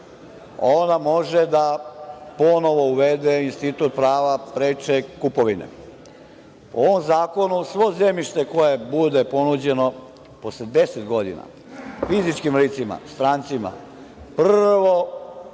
ona može da ponovo uvede institut prava preče kupovine. Po ovom zakonu, svo zemljište koje bude ponuđeno posle deset godina fizičkim licima, strancima, prvo